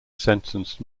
sentenced